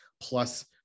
plus